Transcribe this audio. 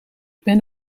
ben